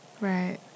Right